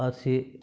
RC